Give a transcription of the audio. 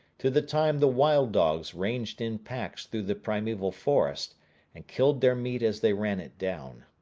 to the time the wild dogs ranged in packs through the primeval forest and killed their meat as they ran it down.